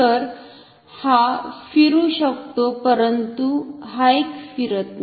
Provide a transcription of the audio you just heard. तर हा फिरू शकतो परंतु हा एक फिरत नाही